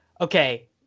Okay